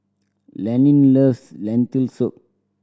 Levin loves Lentil Soup